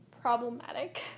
problematic